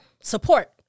support